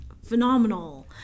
phenomenal